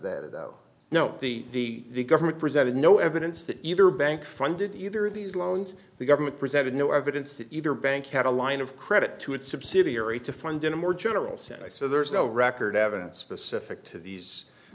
no the government presented no evidence that either bank funded either of these loans the government presented no evidence that either bank had a line of credit to its subsidiary to fund in a more general sense so there's no record evidence specific to these